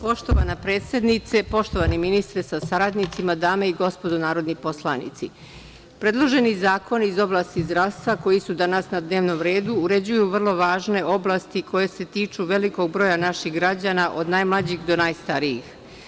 Poštovana predsednice, poštovani ministre sa saradnicima, dame i gospodo narodni poslanici, predloženi zakoni iz oblasti zdravstva koji su danas na dnevnom redu uređuju vrlo važne oblasti koje se tiču velikog broja naših građana, od najmlađih do najstarijih.